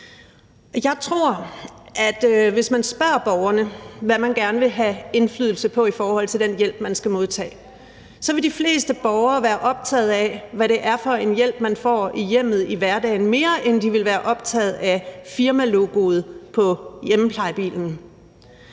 Jeg tror, at hvis man spørger borgerne, hvad de gerne vil have indflydelse på i forhold til den hjælp, de skal modtage, så vil de fleste borgere være mere optaget af, hvad det er for en hjælp, de får i hjemmet i hverdagen, end af firmalogoet på hjemmeplejebilen.